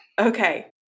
Okay